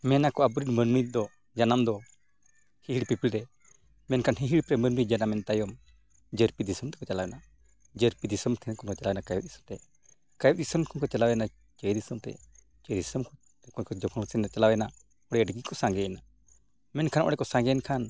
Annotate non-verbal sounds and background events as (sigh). ᱢᱮᱱ ᱟᱠᱚ ᱟᱵᱚ ᱨᱮᱱ ᱢᱟᱹᱱᱢᱤ ᱫᱚ ᱡᱟᱱᱟᱢ ᱫᱚ ᱦᱤᱦᱤᱲᱤ ᱯᱤᱯᱤᱲᱤ ᱨᱮ ᱢᱮᱱᱠᱷᱟᱱ ᱦᱤᱦᱤᱲᱤ ᱯᱤᱯᱤᱲᱤ ᱨᱮ ᱢᱟᱹᱱᱢᱤ ᱡᱟᱱᱟᱢᱮᱱ ᱛᱟᱭᱚᱢ ᱡᱟᱹᱨᱯᱤ ᱫᱤᱥᱚᱢ ᱛᱮᱠᱚ ᱪᱟᱞᱟᱣᱮᱱᱟ ᱡᱟᱹᱨᱯᱤ ᱫᱤᱥᱚᱢ ᱛᱮᱦᱚᱸ ᱠᱚ (unintelligible) ᱠᱟᱛᱮᱫ ᱠᱟᱭᱨᱮ ᱫᱤᱥᱚᱢ ᱠᱚᱠᱚ ᱪᱟᱞᱟᱣᱮᱱᱟ ᱪᱟᱹᱭ ᱫᱤᱥᱚᱢ ᱛᱮ ᱪᱟᱹᱭ ᱫᱤᱥᱚᱢ ᱛᱮ ᱪᱟᱹᱭ ᱫᱤᱥᱚᱢ ᱡᱚᱠᱷᱚᱱ ᱠᱚ ᱪᱟᱞᱟᱣᱮᱱᱟ ᱦᱳᱭ ᱟᱹᱰᱤ ᱜᱮᱠᱚ ᱥᱟᱸᱜᱮᱭᱮᱱᱟ ᱢᱮᱱᱠᱷᱟᱱ ᱚᱸᱰᱮ ᱠᱚ ᱥᱟᱸᱜᱮᱭᱮᱱ ᱠᱷᱟᱱ